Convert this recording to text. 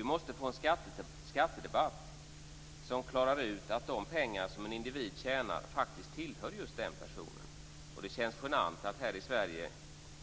Vi måste få en skattedebatt som klarar ut att de pengar som en individ tjänar faktiskt tillhör just den personen. Det känns genant att här i Sverige